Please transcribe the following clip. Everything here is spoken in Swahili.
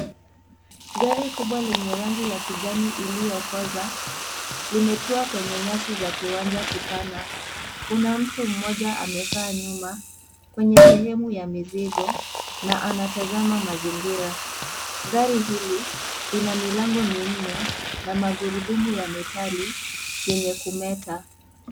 Gari kubwa lenye rangi ya kijani iliokoza, limetua kwenye nyasi ya kiwanja kipana. Kuna mtu mmoja amekaa nyuma kwenye sehemu ya mizigo na anatazama mazingira. Gari hili lina milango minne na magurudumu ya metali yenye kumeta.